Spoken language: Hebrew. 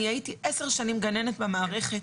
הייתי עשר שנים בננת במערכת.